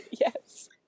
Yes